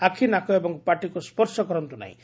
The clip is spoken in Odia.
ଆଖ୍ ନାକ ଏବଂ ପାଟିକୁ ସ୍ୱର୍ଶ କରନ୍ତୁ ନାହିଁ